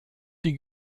die